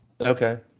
Okay